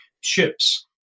ships